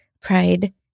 pride